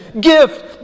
gift